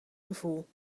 gevoel